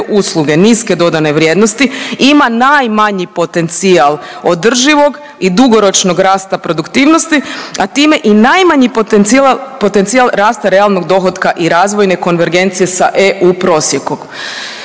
usluge niske dodane vrijednosti ima najmanji potencijal održivog i dugoročnog rasta produktivnosti, a time i najmanji potencijal rasta realnog dohotka i razvojne konvergencije sa eu prosjek.